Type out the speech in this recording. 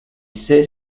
c’est